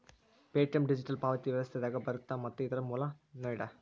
Paytm digital ಪಾವತಿ ವ್ಯವಸ್ಥೆದಾಗ ಬರತ್ತ ಮತ್ತ ಇದರ್ ಮೂಲ ನೋಯ್ಡಾ